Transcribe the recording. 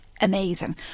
amazing